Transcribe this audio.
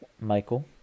Michael